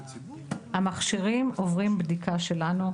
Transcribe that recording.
המכשירים עוברים בדיקה שלנו.